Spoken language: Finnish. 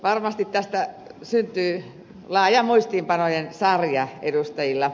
varmasti tästä syntyy laaja muistiinpanojen sarja edustajilla